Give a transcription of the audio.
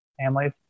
families